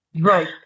right